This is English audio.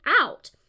out